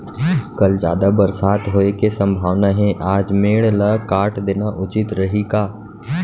कल जादा बरसात होये के सम्भावना हे, आज मेड़ ल काट देना उचित रही का?